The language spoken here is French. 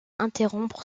interrompre